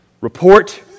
report